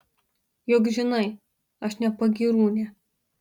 juk žinai aš ne pagyrūnė